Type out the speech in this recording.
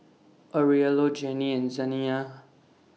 Aurelio Jennie and Zaniyah